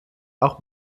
auch